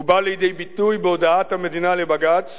והוא בא לידי ביטוי בהודעת המדינה לבג"ץ